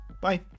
bye